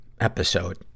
episode